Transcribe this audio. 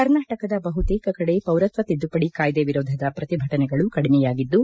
ಕರ್ನಾಟಕದ ಬಹುತೇಕ ಕಡೆ ಪೌರತ್ವ ತಿದ್ದಪಡಿ ಕಾಯ್ದೆ ವಿರೋಧದ ಪ್ರತಿಭಟನೆಗಳು ಕಡಿಮೆಯಾಗಿದ್ದು